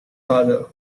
father